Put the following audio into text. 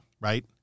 right